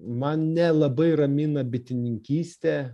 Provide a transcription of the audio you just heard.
mane labai ramina bitininkystė